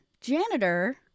janitor